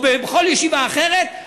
או בכל ישיבה אחרת,